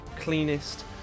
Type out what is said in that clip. cleanest